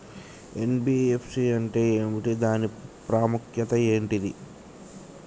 NBFC అంటే ఏమిటి దాని ప్రాముఖ్యత ఏంటిది?